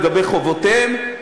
הנחות מסוימות מהמדינה לגבי חובותיהם,